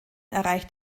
erreicht